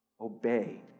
obey